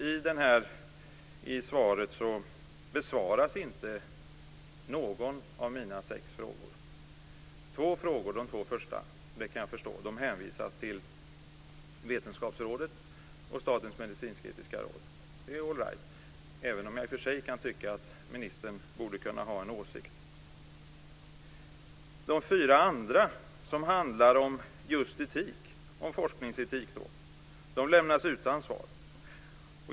Ingen av mina sex frågor besvaras, väl att märka, i svaret. Två frågor - de två första - hänvisas till Vetenskapsrådet och Statens medicinsketiska råd. Det kan jag förstå. Det är alright, även om jag i och för sig kan tycka att ministern borde kunna ha en åsikt. De fyra andra, som handlar om just forskningsetik, lämnas utan svar.